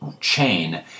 chain